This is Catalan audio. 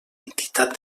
entitat